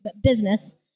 business